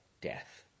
death